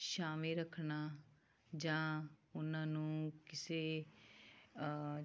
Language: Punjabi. ਛਾਵੇਂ ਰੱਖਣਾ ਜਾਂ ਉਹਨਾਂ ਨੂੰ ਕਿਸੇ